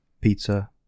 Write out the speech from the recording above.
pizza